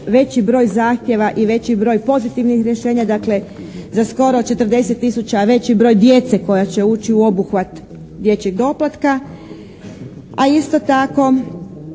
veći broj zahtjeva i veći broj pozitivnih rješenja dakle za skoro 40 tisuća veći broj djece koja će ući u obuhvat dječjeg doplatka, a isto tako